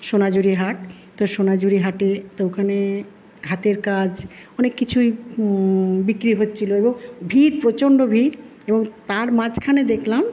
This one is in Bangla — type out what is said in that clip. সোনাঝুরি হাট তো সোনাঝুরি হাটে তো ওখানে হাতের কাজ অনেক কিছুই বিক্রি হচ্ছিলো ভিড় প্রচন্ড ভিড় এবং তার মাঝখানে দেখলাম